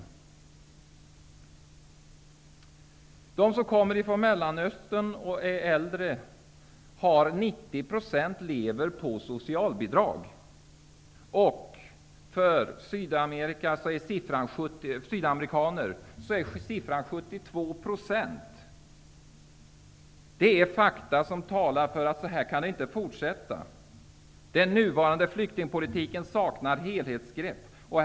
Av de äldre personer som kommer från Mellanöstern lever 90 % på socialbidrag, och för sydamerikaner är siffran Detta är fakta som talar för att så här kan det inte fortsätta. Den nuvarande flyktingpolitiken saknar helhetsgrepp.